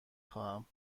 خواهم